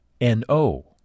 N-O